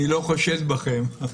איני חושד בכם.